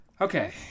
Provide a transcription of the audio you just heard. Okay